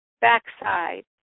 backside